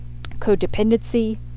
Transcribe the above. Codependency